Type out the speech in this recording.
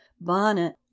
bonnet